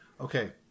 Okay